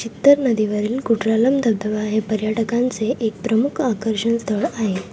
चित्तर नदीवरील कुटरालम धबधबा हे पर्यटकांचे एक प्रमुख आकर्षण स्थळ आहे